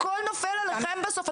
הכל נופל עליכם בסוף,